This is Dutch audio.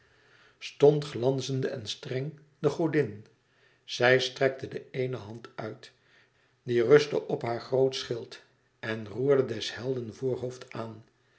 stond glanzende en streng de godin zij strekte de eene hand uit die rustte op haar groot schild en roerde des helden voorhoofd aan